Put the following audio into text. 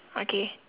okay